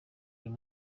uyu